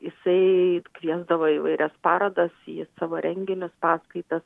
jisai kviesdavo į įvairias parodas į savo renginius paskaitas